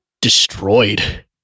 destroyed